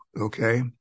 okay